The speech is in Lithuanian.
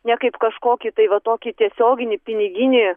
ne kaip kažkokį tai va tokį tiesioginį piniginį